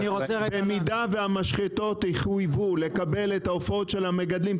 במידה שהמשחטות יחויבו לקבל את העופות של המגדלים,